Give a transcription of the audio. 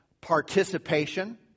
participation